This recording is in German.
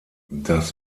das